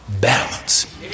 Balance